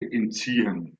entziehen